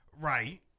Right